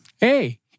Hey